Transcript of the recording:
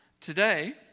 Today